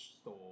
store